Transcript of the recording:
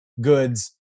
Goods